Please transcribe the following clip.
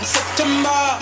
September